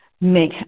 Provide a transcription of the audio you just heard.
Make